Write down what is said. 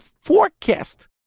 forecast